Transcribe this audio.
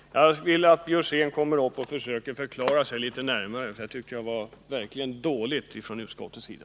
Jag vill att Karl Björzén kommer upp och försöker förklara sig litet närmare, för detta tycker jag var verkligt dåligt från utskottets sida.